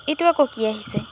এইটো আকৌ কি আহিছে